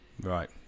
Right